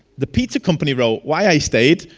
the pizza company wrote why i stayed?